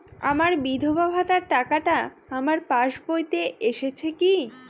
আমার বিধবা ভাতার টাকাটা আমার পাসবইতে এসেছে কি?